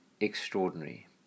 extraordinary